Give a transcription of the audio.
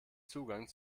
zugang